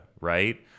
right